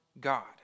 God